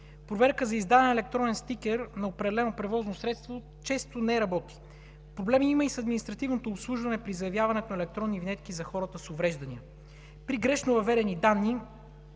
Проверката за издаване на електронен стикер на определено превозно средство често не работи. Проблеми има и с административното обслужване при заявяването на електронни винетки за хората с увреждания. При грешно въведени данни